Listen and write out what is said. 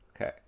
okay